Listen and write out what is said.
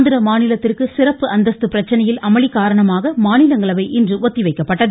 ஆந்திர மாநிலத்திற்கு சிறப்பு அந்தஸ்து பிரச்சனையில் அமளி காரணமாக மாநிலங்களவை இன்று ஒத்திவைக்கப்பட்டது